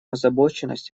озабоченность